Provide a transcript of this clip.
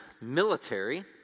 military